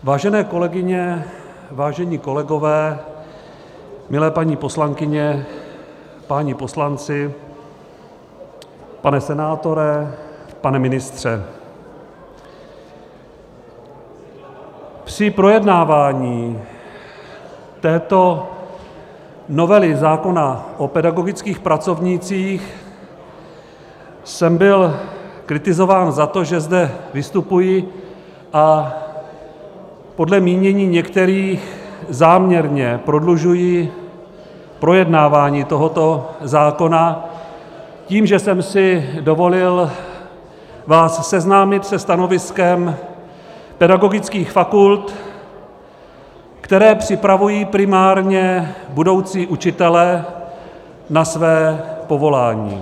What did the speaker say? Vážené kolegyně, vážení kolegové, milé paní poslankyně, páni poslanci, pane senátore, pane ministře, při projednávání této novely zákona o pedagogických pracovnících jsem byl kritizován za to, že zde vystupuji a podle mínění některých záměrně prodlužuji projednávání tohoto zákona tím, že jsem si dovolil vás seznámit se stanoviskem pedagogických fakult, které připravují primárně budoucí učitele na své povolání.